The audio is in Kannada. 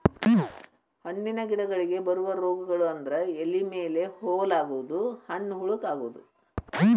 ಹಣ್ಣಿನ ಗಿಡಗಳಿಗೆ ಬರು ರೋಗಗಳು ಅಂದ್ರ ಎಲಿ ಮೇಲೆ ಹೋಲ ಆಗುದು, ಹಣ್ಣ ಹುಳಕ ಅಗುದು